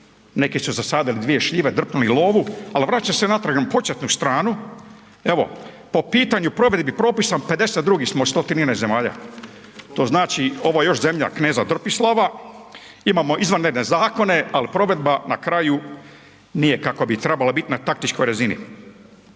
neki su zasadili dvije šljive, drpnuli lovu, ali vraća se natrag na početnu stranu. Evo po pitanju provedbi propisa 52 smo od 113 zemalja, to znači ovo je još zemlja kneza Trpislava. Imamo izvanredne zakona, ali provedba na kraju nije kakva bi trebala biti na taktičkoj razini.